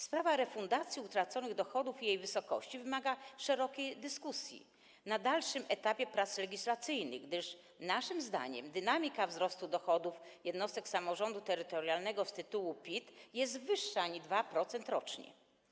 Sprawa refundacji utraconych dochodów i jej wysokości wymaga szerokiej dyskusji na dalszym etapie prac legislacyjnych, gdyż naszym zdaniem dynamika wzrostu dochodów jednostek samorządu terytorialnego z tytułu PIT jest wyższa niż 2% rocznie.